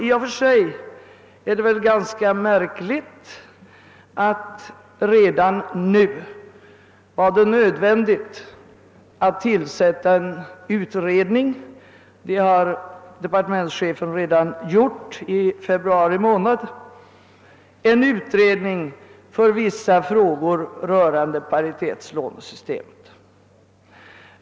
I och för sig är det väl ganska märkligt att det redan nu blivit nödvändigt att tillsätta en utredning — detta gjorde departementschefen i februari månad — för att behandla vissa frågor rörande paritetslånesystemet.